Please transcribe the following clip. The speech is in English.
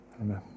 Amen